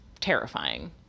terrifying